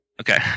okay